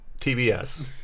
TBS